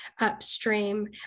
upstream